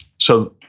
so,